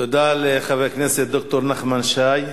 תודה לחבר הכנסת ד"ר נחמן שי.